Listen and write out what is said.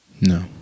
No